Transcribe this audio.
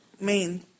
main